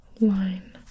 line